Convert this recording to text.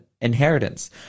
inheritance